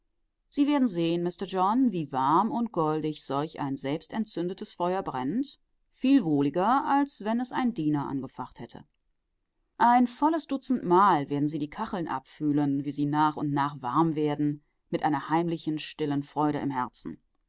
sie werden sehen mister john wie warm und goldig solch ein selbstentzündetes feuer brennt viel wohliger als wenn es ein diener angefacht hätte ein volles dutzend mal werden sie die kacheln abfühlen wie sie nach und nach warm werden mit einer heimlichen stillen freude im herzen